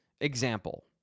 example